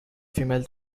female